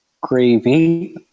gravy